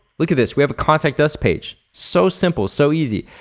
look at this, we have a contact us page. so simple, so easy.